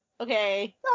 okay